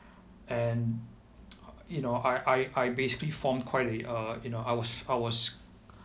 and you know I I I basically formed quite a you know I was I was